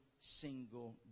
single